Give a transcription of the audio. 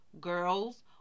girls